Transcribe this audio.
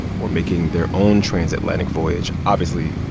were making their own transatlantic voyage obviously,